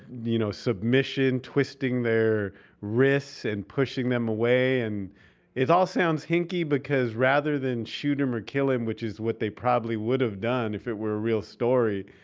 you know, submission, twisting their wrists and pushing them away. and it all sounds hinky because rather than shoot him or kill him, which is what they probably would have done if it were a real story,